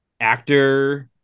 actor